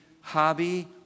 hobby